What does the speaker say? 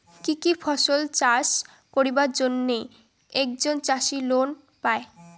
কি কি ফসল চাষ করিবার জন্যে একজন চাষী লোন পায়?